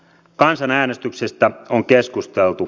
kansanäänestyksestä on keskusteltu